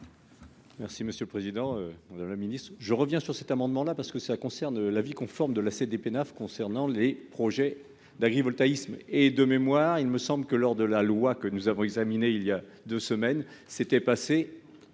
Merci monsieur le président, le ministre, je reviens sur cet amendement là parce que ça concerne l'avis conforme de la Cdpenaf concernant les projets d'agrivoltaïsme et de mémoire, il me semble que lors de la loi que nous avons examiné il y a 2 semaines, c'était passé